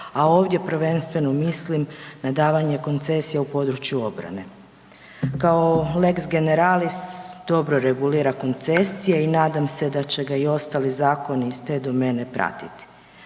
a ovdje prvenstveno mislim na davanje koncesije u području obrane. Kao lex generalis dobro regulira koncesije i nadam se da će ga i ostale zakoni iz te domene pratiti.